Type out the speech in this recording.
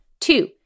Two